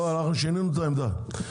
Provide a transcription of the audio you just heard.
שינינו את העמדה.